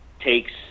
takes